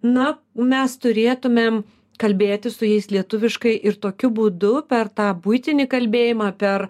na mes turėtumėm kalbėti su jais lietuviškai ir tokiu būdu per tą buitinį kalbėjimą per